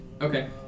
Okay